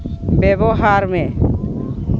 ᱵᱮᱵᱚᱦᱟᱨ ᱢᱮ